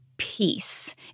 Peace